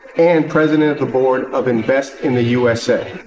and president of the board of invest in the usa.